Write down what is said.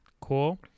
Cool